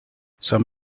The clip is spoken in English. some